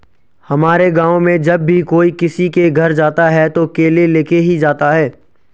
हमारे गाँव में जब भी कोई किसी के घर जाता है तो केले लेके ही जाता है